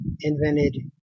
invented